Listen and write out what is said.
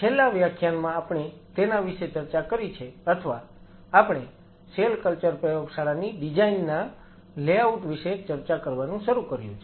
છેલ્લા વ્યાખ્યાનમાં આપણે તેના વિશે ચર્ચા કરી છે અથવા આપણે સેલ કલ્ચર પ્રયોગશાળાની ડિઝાઈન ના લેઆઉટ વિશે ચર્ચા કરવાનું શરૂ કર્યું છે